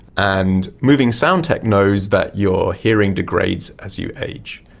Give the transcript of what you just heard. and moving sound tech knows that your hearing degrades as you age,